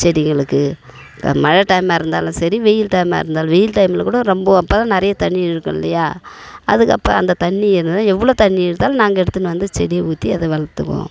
செடிகளுக்கு மழை டைமாக இருந்தாலும் சரி வெயில் டைமாக இருந்தாலும் வெயில் டைமில் கூட ரொம்ப அப்போ தான் நிறைய தண்ணி இழுக்கும் இல்லையா அதுக்கு அப்போ அந்த தண்ணி எவ்வளோ தண்ணி இழுத்தலும் நாங்கள் எடுத்துன்னு வந்து செடி ஊத்தி அதை வளர்த்துப்போம்